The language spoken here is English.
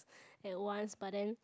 at once but then